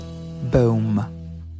Boom